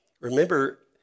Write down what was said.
Remember